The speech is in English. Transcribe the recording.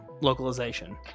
localization